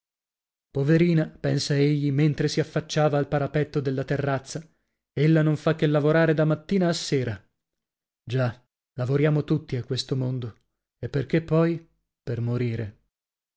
poverina pensa egli mentre si affacciava al parapetto della terrazza ella non fa che lavorare da mattina a sera già lavoriamo tutti a questo mondo e perchè poi per morire